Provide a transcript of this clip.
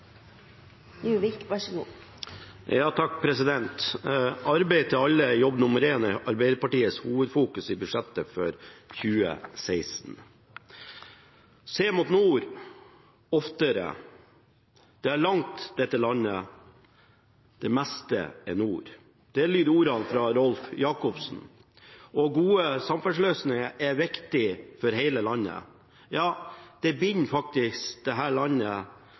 jobb nummer én», er Arbeiderpartiet hovedfokus i budsjettet for 2016. «Se mot nord. Oftere. Det er langt dette landet. Det meste er nord.» Slik lyder ordene til Rolf Jacobsen. Gode samferdselsløsninger er viktig for hele landet, ja det binder dette langstrakte landet sammen. Samferdsel er således viktig for at det kan bo folk i hele landet,